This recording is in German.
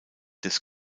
des